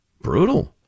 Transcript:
brutal